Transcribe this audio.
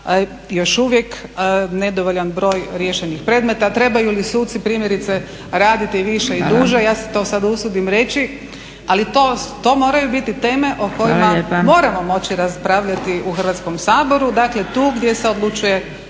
još uvijek nedovoljan broj riješenih predmeta, trebaju li suci primjerice raditi više i duže, ja se to sada usudim reći, ali to moraju biti teme o kojima moramo moći raspravljati u Hrvatskom saboru, dakle tu gdje se odlučuje